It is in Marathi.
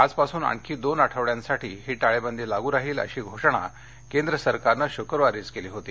आजपासून आणखी दोन आठवड्यांसाठी ही टाळेबंदी लागू राहील अशी घोषणा केंद्र सरकारने शुक्रवारीच केली होती